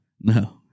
No